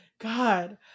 god